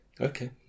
okay